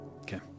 Okay